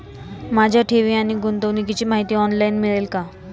माझ्या ठेवी आणि गुंतवणुकीची माहिती ऑनलाइन मिळेल का?